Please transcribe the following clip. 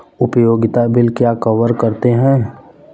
उपयोगिता बिल क्या कवर करते हैं?